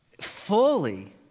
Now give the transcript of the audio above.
Fully